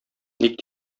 ник